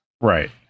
Right